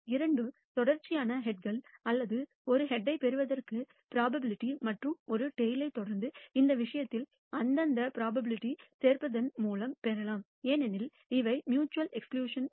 இரண்டு தொடர்ச்சியான ஹெட்கள் அல்லது ஒரு ஹெட்யைப் பெறுவதற்கான ப்ரோபபிலிட்டி மற்றும் ஒரு டைல் தொடர்ந்து இந்த விஷயத்தில் அந்தந்த ப்ரோபபிலிட்டிகளைச் சேர்ப்பதன் மூலம் பெறலாம் ஏனெனில் அவை மியூச்சுவல் எக்ஸ்க்ளூசிவ் நிகழ்வுகள்